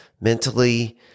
mentally